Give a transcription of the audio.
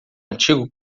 antigo